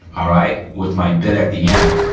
all right, with my bit at the end.